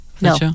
No